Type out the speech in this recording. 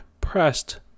pressed